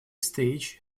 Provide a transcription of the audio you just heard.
stage